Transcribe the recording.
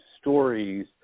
stories